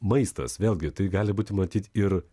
maistas vėlgi tai gali būti matyt ir